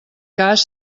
cas